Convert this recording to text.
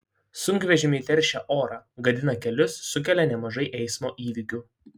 sunkvežimiai teršia orą gadina kelius sukelia nemažai eismo įvykių